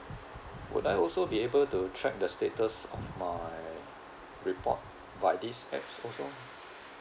would I also be able to track the status of my report by this apps also